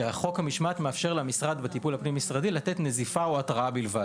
שחוק המשמעת מאפשר למשרד בטיפול פנים-משרדי לתת נזיפה או התראה בלבד.